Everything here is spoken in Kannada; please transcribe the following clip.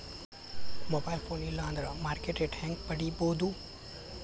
ಮೊಬೈಲ್ ಫೋನ್ ಇಲ್ಲಾ ಅಂದ್ರ ಮಾರ್ಕೆಟ್ ರೇಟ್ ಹೆಂಗ್ ಪಡಿಬೋದು?